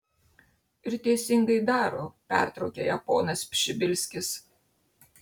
ir teisingai daro pertraukė ją ponas pšibilskis